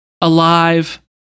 alive